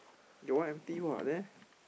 your one empty what there